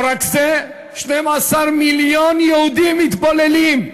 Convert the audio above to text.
לא רק זה, 12 מיליון יהודים מתבוללים.